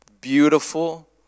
beautiful